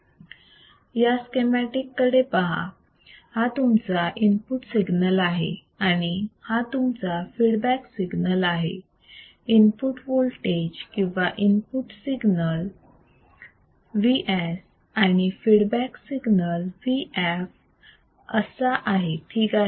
या स्केमॅटिक कडे पहा हा तुमचा इनपुट सिग्नल आहे आणि हा तुमचा फीडबॅक सिग्नल आहे इनपुट होल्टेज किंवा इनपुट सिग्नल Vs आणि फीडबॅक सिग्नल Vf असा आहे ठीक आहे